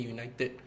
United